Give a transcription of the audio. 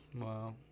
Wow